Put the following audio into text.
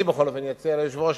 ואני בכל אופן אציע ליושב-ראש,